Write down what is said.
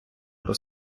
про